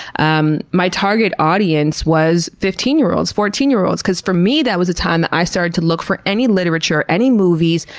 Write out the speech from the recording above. um my target audience was fifteen year-olds, fourteen year-olds, because for me that was a time that i started to look for any literature, any movies,